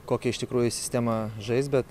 kokia iš tikrųjų sistema žais bet